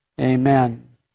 amen